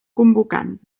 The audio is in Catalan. convocant